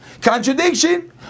Contradiction